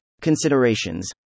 Considerations